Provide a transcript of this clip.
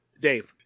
Dave